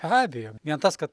be abejo vien tas kad